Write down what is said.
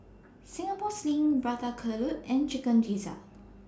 Singapore Sling Prata Telur and Chicken Gizzard